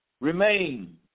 remain